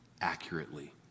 accurately